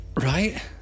Right